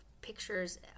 pictures